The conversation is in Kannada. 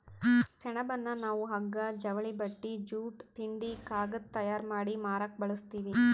ಸೆಣಬನ್ನ ನಾವ್ ಹಗ್ಗಾ ಜವಳಿ ಬಟ್ಟಿ ಬೂಟ್ ತಿಂಡಿ ಕಾಗದ್ ತಯಾರ್ ಮಾಡಿ ಮಾರಕ್ ಬಳಸ್ತೀವಿ